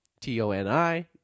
T-O-N-I